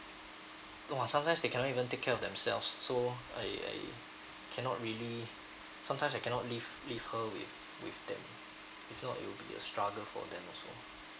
no ah sometimes they cannot even take care of themselves so I I cannot really sometimes I cannot leave leave her with with them if not it will be a struggle for them also